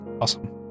awesome